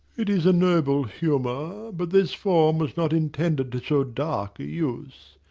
it is a noble humour but this form was not intended to so dark a use.